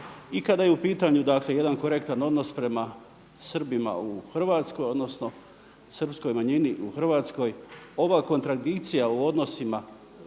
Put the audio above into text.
I kada je u pitanju dakle jedan korektan odnos prema Srbima u Hrvatskoj odnosno srpskoj manjini u Hrvatskoj. Ova kontradikcija u odnosima